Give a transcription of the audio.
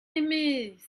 aimée